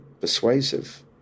persuasive